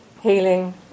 healing